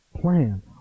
plan